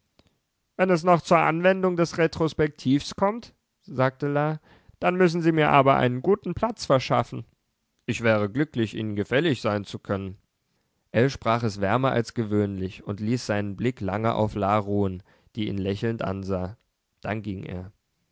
wenn es noch zur anwendung des retrospektivs kommt sagte la dann müssen sie mir aber einen guten platz verschaffen ich wäre glücklich ihnen gefällig sein zu können ell sprach es wärmer als gewöhnlich und ließ seinen blick lange auf la ruhen die ihn lächelnd ansah dann ging er